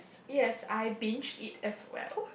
yes I binge eat as well